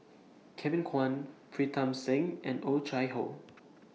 Kevin Kwan Pritam Singh and Oh Chai Hoo